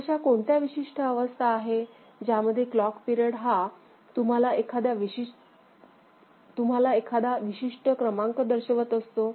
तर अशा कोणत्या विशिष्ट अवस्था आहेत ज्यामध्ये क्लॉक पिरेड हा तुम्हाला एखादा विशिष्ट क्रमांक दर्शवत असतो